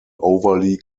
overly